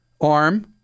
arm